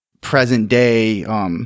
present-day